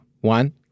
one